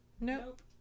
Nope